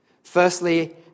Firstly